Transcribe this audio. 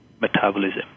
metabolism